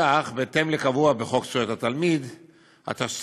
בידור ולמקומות ציבוריים, התשס"א